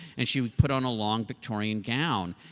and she would put on a long victorian gown,